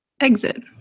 Exit